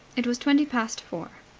it was twenty past four.